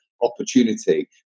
opportunity